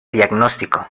diagnóstico